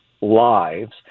lives